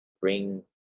bring